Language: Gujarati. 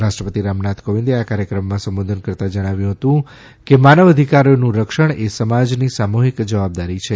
રાષ્ટ્રપતિ રામનાથ કોવિંદે આ કાર્યક્રમમાં સંબોધન કરતા જણાવ્યું હતું કે માનવ અધિકારોનું રક્ષણ એ સમાજની સામુહિક જવાબદારી છે